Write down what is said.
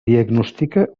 diagnostica